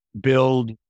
build